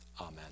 Amen